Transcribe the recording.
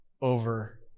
over